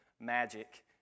magic